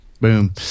Boom